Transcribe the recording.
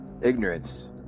Ignorance